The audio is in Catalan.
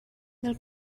del